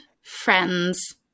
friends